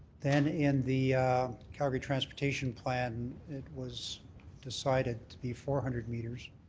then in the calgary transportation plan, it was decided to be four hundred meters.